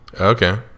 Okay